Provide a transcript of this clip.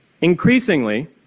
Increasingly